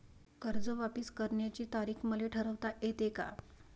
कर्ज वापिस करण्याची तारीख मले ठरवता येते का?